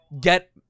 get